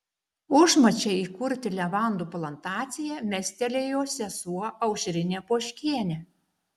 užmačią įkurti levandų plantaciją mestelėjo sesuo aušrinė poškienė